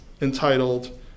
entitled